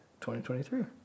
2023